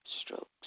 strokes